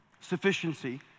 Sufficiency